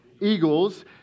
eagles